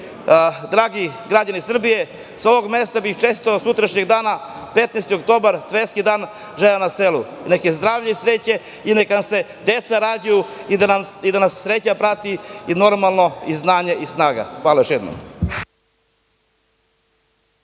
dragi građani Srbije, sa ovog mesta bih čestitao sutrašnji dan, 15. oktobar, Svetski dan žena na selu. Neka je zdravlja i sreće, neka se deca rađaju i da nas sreća prati i, normalno, i znanje i snaga. Hvala još jednom.